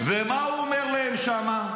ומה הוא אומר להם שם?